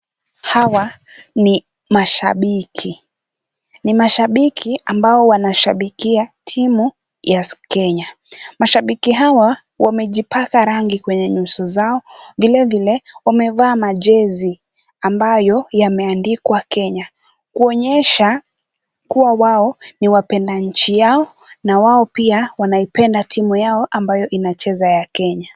Hawa ni mashabiki. Ni mashabiki ambao wanashabikia timu ya Kenya. Mashabiki hawa wamejipaka rangi kwenye nyuso zao. Vile vile wamevaa majezi ambayo yameandikwa Kenya, kuonyesha kuwa wao ni wapenda nchi yao na wao pia wanapenda timu yao inayocheza ya Kenya.